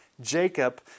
Jacob